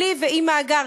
בלי או עם מאגר.